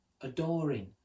adoring